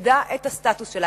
איבדה את הסטטוס שלה.